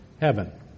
heaven